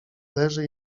leży